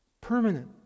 permanent